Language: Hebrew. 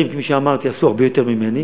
יש שרים, כמו שאמרתי, שעשו הרבה יותר ממני,